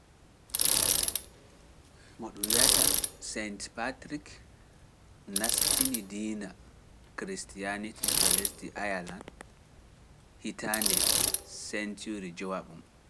mo dunwiyata Sainte-Patrick naastini diina kristiyanitii to lesdi ayala hitaande centuri jowabun.